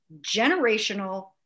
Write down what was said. generational